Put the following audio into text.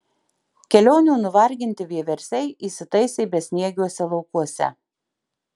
kelionių nuvarginti vieversiai įsitaisė besniegiuose laukuose